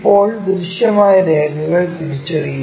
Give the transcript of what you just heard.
ഇപ്പോൾ ദൃശ്യമായ രേഖകൾ തിരിച്ചറിയുക